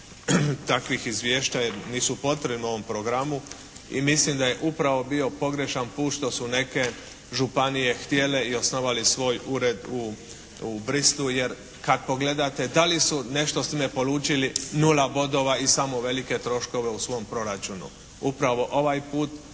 takvih izvješća jer nisu potrebna u ovom programu i mislim da je upravo bio pogrešan put što su neke županije htjele i osnovale svoj ured u Bruxellesu jer kad pogledate da li su nešto s time poručili? Nula bodova i samo velike troškove u svom proračunu. Upravo ovaj put